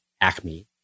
Acme